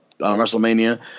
WrestleMania